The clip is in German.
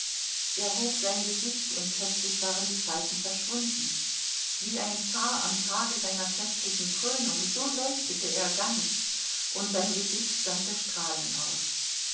hob sein gesicht und plötzlich waren die falten verschwunden wie ein zar am tage seiner festlichen krönung so leuchtete er ganz und sein gesicht sandte strahlen aus